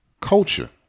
culture